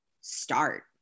start